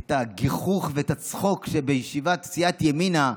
את הגיחוך ואת הצחוק בישיבת סיעת ימינה,